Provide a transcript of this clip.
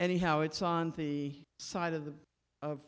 anyhow it's on the side of the